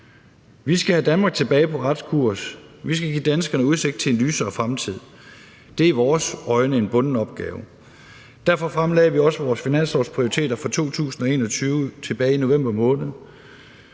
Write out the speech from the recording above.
Vi skal have Danmark tilbage på ret kurs. Vi skal give danskerne udsigt til en lysere fremtid. Det er i vores øjne en bunden opgave. Derfor fremlagde vi også vores finanslovsprioriteter for 2021 tilbage i november måned.